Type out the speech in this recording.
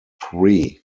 three